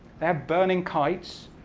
they have burning kites,